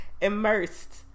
immersed